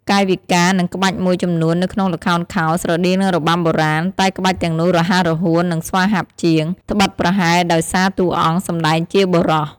កាយវិការនិងក្បាច់មួយចំនួននៅក្នុងល្ខោនខោលស្រដៀងនឹងរបាំបុរាណ តែក្បាច់ទាំងនោះរហ័សរហួននិងស្វាហាប់ជាង ដ្បិតប្រហែលដោយសារតួអង្គសម្ដែងជាបុរស។